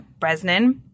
Bresnan